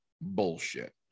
bullshit